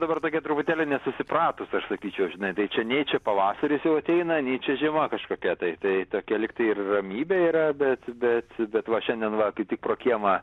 dabar tokia truputėlį nesusipratus aš sakyčiau žinai tai čia nei čia pavasaris jau ateina nei čia žiema kažkokia tai tai tokia lyg tai ir ramybė yra bet bet bet va šiandien va kaip tik pro kiemą